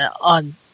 on